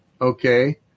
Okay